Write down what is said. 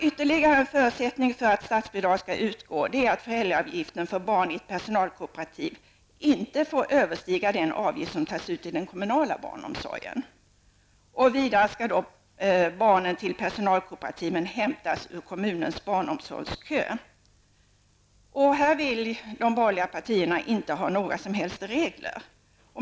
Ytterligare en förutsättning för att statsbidrag skall utgå är att föräldrautgiften för barn i personalkooperativ inte får överstiga den avgift som tas ut i den kommunala barnomsorgen. Vidare skall barnen i personalkooperativ hämtas från kommunens barnomsorgskö. De borgerliga partierna vill inte ha några som helst regler.